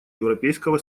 европейского